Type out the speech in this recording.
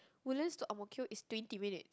Woodlands to Ang-Mo-Kio is twenty minutes